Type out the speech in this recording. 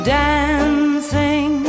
dancing